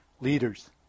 leaders